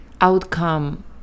outcome